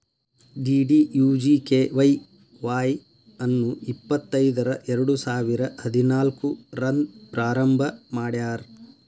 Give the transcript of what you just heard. DDUGKY Y ಅನ್ನು ಇಪ್ಪತೈದರ ಎರಡುಸಾವಿರ ಹದಿನಾಲ್ಕು ರಂದ್ ಪ್ರಾರಂಭ ಮಾಡ್ಯಾರ್